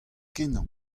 kenañ